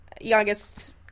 Youngest